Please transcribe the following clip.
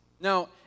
Now